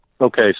Okay